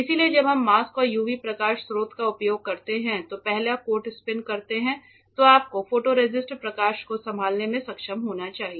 इसलिए जब हम मास्क और यूवी प्रकाश स्रोत का उपयोग करने से पहले कोट स्पिन करते हैं तो आपको फोटोरेसिस्ट प्रकाश को संभालने में सक्षम होना चाहिए